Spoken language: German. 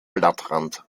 blattrand